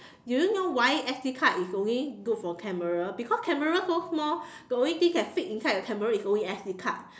you know why S_D card is only good for camera because camera so small the only thing can fit inside the camera is only S_D card